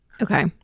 Okay